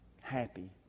happy